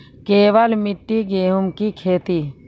केवल मिट्टी गेहूँ की खेती?